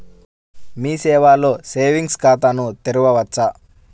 మీ సేవలో సేవింగ్స్ ఖాతాను తెరవవచ్చా?